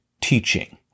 teaching